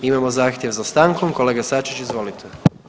Imamo zahtjev za stankom, kolega Sačić, izvolite.